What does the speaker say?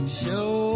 show